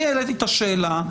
אני העליתי את השאלה,